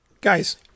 Guys